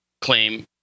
claim